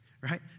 right